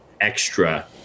extra